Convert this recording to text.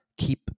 keep